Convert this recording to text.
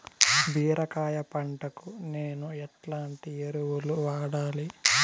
బీరకాయ పంటకు నేను ఎట్లాంటి ఎరువులు వాడాలి?